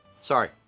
Sorry